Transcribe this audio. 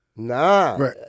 Nah